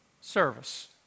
service